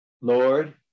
Lord